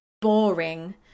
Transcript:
boring